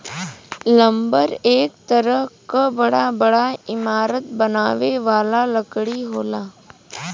lumber एक तरह क बड़ा बड़ा इमारत बनावे वाला लकड़ी होला